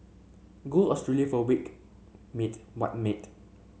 go Australia for a week mate what mate